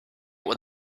what